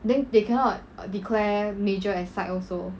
then they cannot declare major as psych also